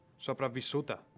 sopravvissuta